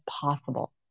possible